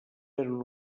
eren